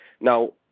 Now